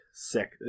Sick